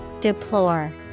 Deplore